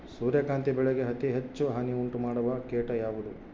ಸೂರ್ಯಕಾಂತಿ ಬೆಳೆಗೆ ಅತೇ ಹೆಚ್ಚು ಹಾನಿ ಉಂಟು ಮಾಡುವ ಕೇಟ ಯಾವುದು?